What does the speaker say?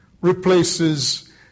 replaces